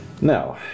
Now